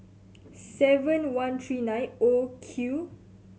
seven one three nine O Q